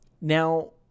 Now